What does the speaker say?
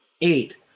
Eight